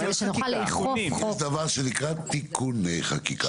יש דבר שנקרא תיקוני חקיקה.